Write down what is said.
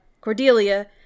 cordelia